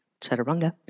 chaturanga